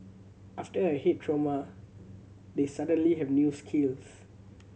after a head trauma they suddenly have new skills